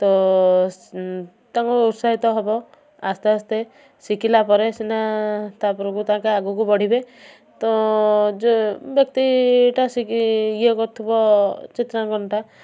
ତ ତାଙ୍କୁ ଉତ୍ସାହିତ ହେବ ଆସ୍ତେ ଆସ୍ତେ ଶିଖିଲା ପରେ ସିନା ତାପରକୁ ତାଙ୍କୁ ଆଗକୁ ଆଗକୁ ବଢ଼ିବେ ତ ଯେ ବ୍ୟକ୍ତିଟା ଶିଖି ଇଏ କରୁଥିବ ଚିତ୍ରାଙ୍କନଟା